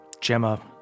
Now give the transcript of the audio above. Gemma